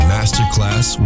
Masterclass